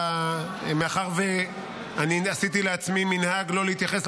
מאחר שאני עשיתי לעצמי מנהג לא להתייחס,